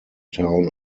town